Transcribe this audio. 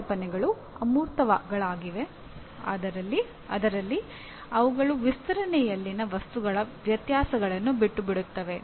ಪರಿಕಲ್ಪನೆಗಳು ಅಮೂರ್ತಗಳಾಗಿವೆ ಅದರಲ್ಲಿ ಅವುಗಳು ವಿಸ್ತರಣೆಯಲ್ಲಿನ ವಸ್ತುಗಳ ವ್ಯತ್ಯಾಸಗಳನ್ನು ಬಿಟ್ಟುಬಿಡುತ್ತವೆ